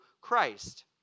Christ